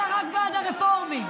אתה רק בעד הרפורמים.